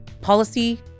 Policy